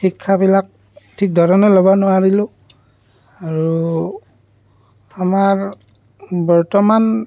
শিক্ষাবিলাক ঠিক ধৰণে ল'ব নোৱাৰিলোঁ আৰু আমাৰ বৰ্তমান